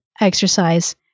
exercise